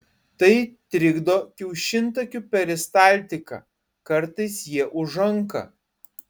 tai trikdo kiaušintakių peristaltiką kartais jie užanka